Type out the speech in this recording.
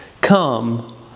Come